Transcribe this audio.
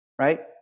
right